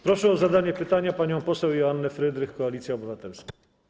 Proszę o zadanie pytania panią poseł Joannę Frydrych, Koalicja Obywatelska.